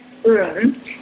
room